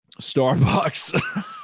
Starbucks